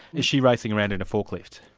is she racing around in a forklift?